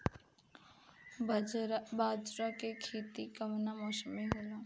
बाजरा के खेती कवना मौसम मे होला?